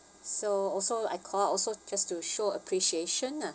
so also I call also just to show appreciation lah